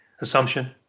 assumption